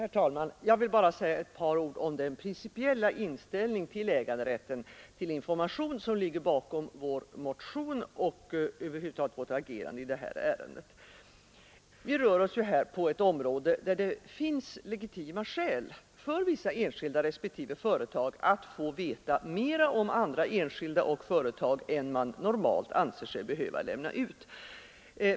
Herr talman! Jag vill bara säga ett par ord om den principiella inställning till äganderätten till information, som ligger bakom vår motion och över huvud taget vårt agerande i det här ärendet. Vi rör oss ju här på ett område, där det finns legitima skäl för vissa enskilda, respektive företag, att veta mera om andra enskilda och företag än man normalt anser sig behöva lämna ut.